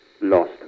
Lost